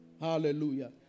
Hallelujah